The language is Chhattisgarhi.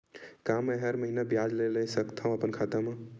का मैं हर महीना ब्याज ला ले सकथव अपन खाता मा?